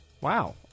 Wow